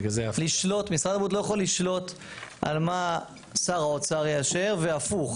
משרד הבריאות לא יכול לשלוט על מה שר האוצר יאשר והפוך.